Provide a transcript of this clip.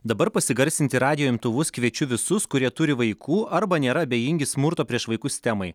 dabar pasigarsinti radijo imtuvus kviečiu visus kurie turi vaikų arba nėra abejingi smurto prieš vaikus temai